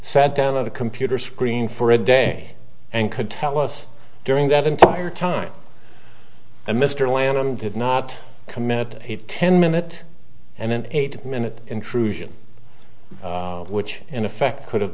sat down at a computer screen for a day and could tell us during that entire time mr lamb did not commit a ten minute and an eight minute intrusion which in effect could